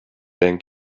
then